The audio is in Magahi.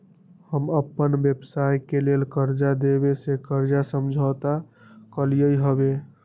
हम अप्पन व्यवसाय के लेल कर्जा देबे से कर्जा समझौता कलियइ हबे